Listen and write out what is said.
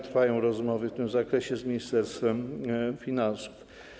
Trwają rozmowy w tym zakresie z Ministerstwem Finansów.